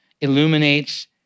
illuminates